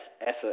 effort